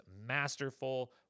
masterful